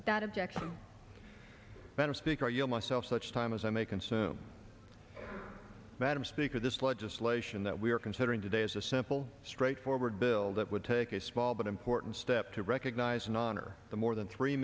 without objection better speaker you know myself such time as i may consume madam speaker this legislation that we are considering today is a simple straightforward bill that would take a small but important step to recognize and honor the more than three